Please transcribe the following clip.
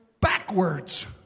backwards